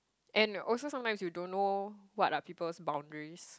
and also sometimes you don't know what are people's boundaries